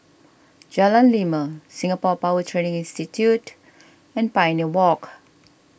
Jalan Lima Singapore Power Training Institute and Pioneer Walk